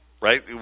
Right